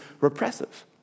repressive